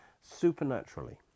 supernaturally